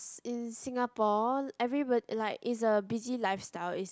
in Singapore everybody like is a busy lifestyle is